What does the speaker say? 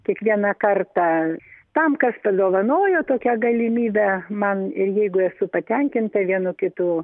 kiekvieną kartą tam kas padovanojo tokią galimybę man ir jeigu esu patenkinta vienu kitu